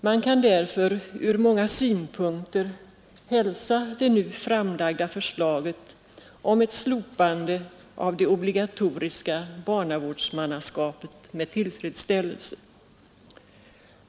Man kan därför ur många synpunkter hälsa det nu framlagda förslaget om ett slopande av det obligatoriska barnavårdsmannaskapet med tillfredsställelse.